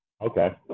Okay